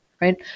right